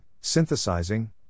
Synthesizing